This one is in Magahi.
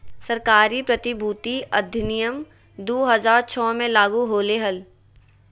सरकारी प्रतिभूति अधिनियम दु हज़ार छो मे लागू होलय हल